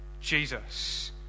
Jesus